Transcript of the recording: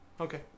Okay